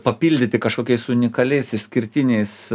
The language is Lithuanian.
papildyti kažkokiais unikaliais išskirtiniais